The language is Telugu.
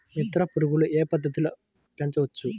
మిత్ర పురుగులు ఏ పద్దతిలో పెంచవచ్చు?